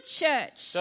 church